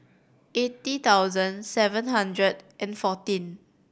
eighty thousand seven hundred and fourteen